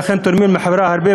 שאכן תורמים הרבה לחברה,